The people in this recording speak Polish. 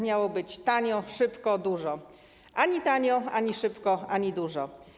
Miało być tanio, szybko, dużo - ani tanio, ani szybko, ani dużo.